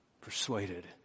Persuaded